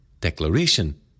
declaration